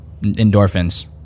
endorphins